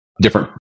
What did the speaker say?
different